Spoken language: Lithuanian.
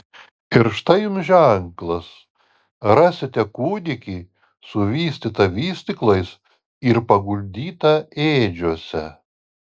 ir štai jums ženklas rasite kūdikį suvystytą vystyklais ir paguldytą ėdžiose